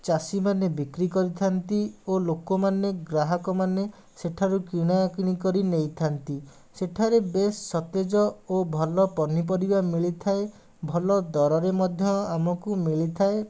ଚାଷୀମାନେ ବିକ୍ରି କରିଥାନ୍ତି ଓ ଲୋକମାନେ ଗ୍ରାହକମାନେ ସେଠାରୁ କିଣାକିଣି କରି ନେଇଥାନ୍ତି ସେଠାରେ ବେଶ୍ ସତେଜ ଓ ଭଲ ପନିପରିବା ମିଳିଥାଏ ଭଲ ଦରରେ ମଧ୍ୟ ଆମକୁ ମିଳିଥାଏ